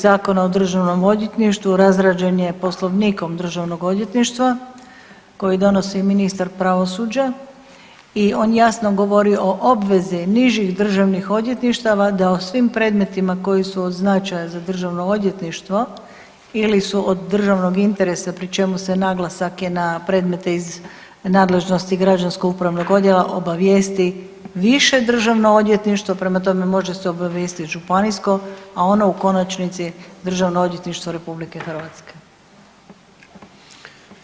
Zakona o državnom odvjetništvu razrađen je Poslovnikom državnog odvjetništva koji donosi Ministar pravosuđa i on jasno govori o obvezi nižih Državnih odvjetništava da o svim predmetima koji su od značaja za Državno odvjetništvo ili su od Državnog interesa pri čemu se naglasak je na predmete iz nadležnosti građanskog upravnog odjela obavijesti više Državno odvjetništvo, prema tome može se obavijestiti Županijsko a ono u konačnici Državno odvjetništvo Republike Hrvatske.